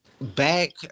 Back